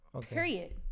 Period